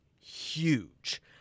huge